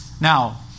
Now